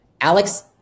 Alex